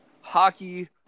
hockey